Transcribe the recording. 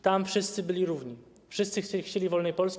Tam wszyscy byli równi, wszyscy chcieli wolnej Polski.